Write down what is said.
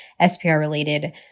SPR-related